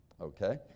okay